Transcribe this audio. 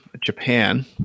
Japan